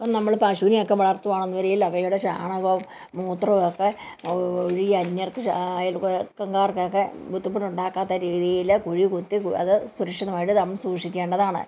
ഇപ്പം നമ്മൾ പശുവിനെ ഒക്കെ വളർത്തുവാണെന്നരിയിൽ അവയുടെ ചാണകം മൂത്രം ഒക്കെ ഈ അന്യർക്ക് അയൽപക്കം കാർക്കൊക്കെ ബുദ്ധിമുട്ടുണ്ടാക്കാത്ത രീതിയിൽ കുഴി കുത്തി അത് സുരക്ഷിതമായിട്ട് നാം സൂക്ഷിക്കേണ്ടതാണ്